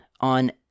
on